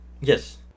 Yes